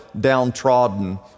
downtrodden